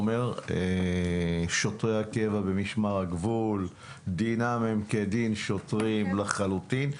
אתה אומר ששוטרי הקבע ומשמר הגבול דינם כדין שוטרים לחלוטין.